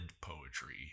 poetry